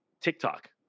TikTok